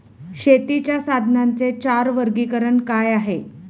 शेतीच्या साधनांचे चार वर्गीकरण काय आहे?